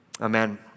Amen